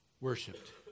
worshipped